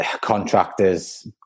Contractors